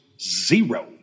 zero